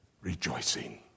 Rejoicing